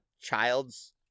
child's